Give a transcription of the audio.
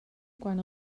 quan